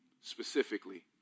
specifically